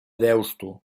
deusto